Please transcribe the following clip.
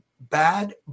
Bad